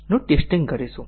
નું ટેસ્ટીંગ કરીશું